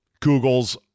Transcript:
Google's